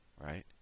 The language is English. right